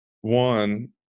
one